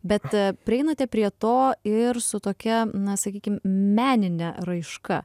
bet prieinate prie to ir su tokia na sakykim menine raiška